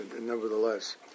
nevertheless